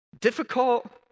difficult